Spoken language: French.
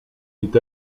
est